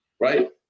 Right